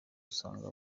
usanga